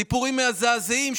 סיפורים מזעזעים,